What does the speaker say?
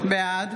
בעד